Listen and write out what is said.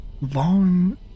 long